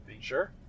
sure